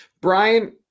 Brian